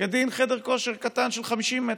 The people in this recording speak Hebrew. כדין חדר כושר קטן של 50 מ"ר,